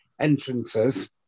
entrances